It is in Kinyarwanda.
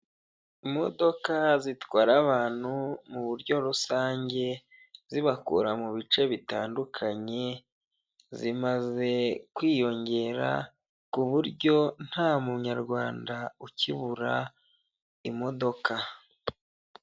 Imodoka zitwara abantu mu buryo rusange, zibakura mu bice bitandukanye, zimaze kwiyongera ku buryo nta munyarwanda ukibura imodoka.